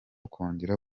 kongera